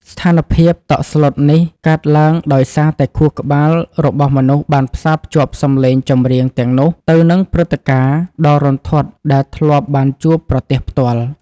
ស្ថានភាពតក់ស្លុតនេះកើតឡើងដោយសារតែខួរក្បាលរបស់មនុស្សបានផ្សារភ្ជាប់សម្លេងចម្រៀងទាំងនោះទៅនឹងព្រឹត្តិការណ៍ដ៏រន្ធត់ដែលធ្លាប់បានជួបប្រទះផ្ទាល់។